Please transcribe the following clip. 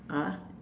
ah